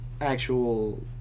actual